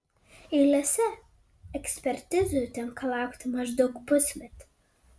eilėse ekspertizių tenka laukti maždaug pusmetį